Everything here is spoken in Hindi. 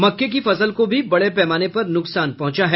मक्के की फसल को भी बड़े पैमाने पर नुकसान पहुंचा है